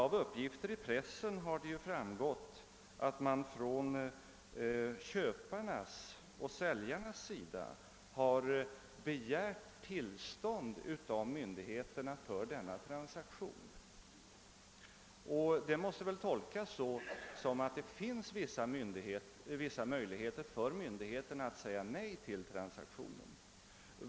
Av uppgifter i pressen har det ju framgått att köparna och säljarna har begärt tillstånd av myndigheterna för transaktionen. Detta måste väl tolkas så, att det finns vissa möjligheter för myndigheterna att stoppa denna.